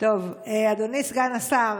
אדוני סגן השר,